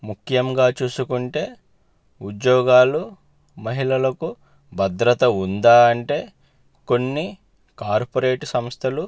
ముఖ్యంగా చూసుకుంటే ఉద్యోగాలు మహిళలకు భద్రత ఉందా అంటే కొన్ని కార్పొరేట్ సంస్థలు